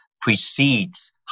precedes